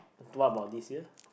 what about this year